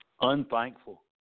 Unthankful